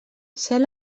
cel